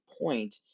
point